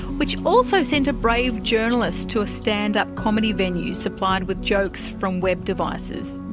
which also sent a brave journalist to a stand-up comedy venue supplied with jokes from web devices.